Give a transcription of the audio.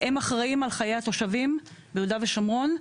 הם אחראים על חיי התושבים ביהודה ושומרון.